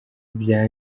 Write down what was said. bya